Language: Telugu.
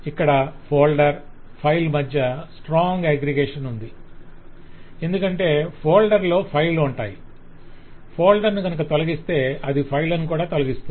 ఇక్కడ ఫోల్డర్ ఫైల్ మధ్య స్ట్రాంగ్ అగ్రిగేషన్ ఉంది ఎందుకంటే ఫోల్డర్లలో ఫైళ్ళ ఉంటాయి ఫోల్డర్ ను కనుక తొలగిస్తే అది ఫైళ్ళను కూడా తొలగిస్తుంది